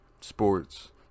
Sports